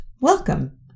welcome